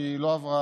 שהיא לא עברה